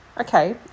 Okay